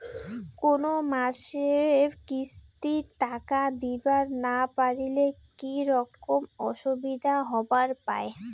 কোনো মাসে কিস্তির টাকা দিবার না পারিলে কি রকম অসুবিধা হবার পায়?